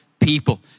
people